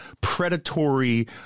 predatory